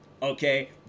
okay